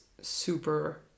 super